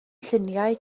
lluniau